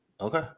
Okay